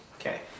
Okay